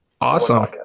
Awesome